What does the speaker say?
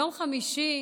ביום חמישי